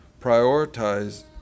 Prioritize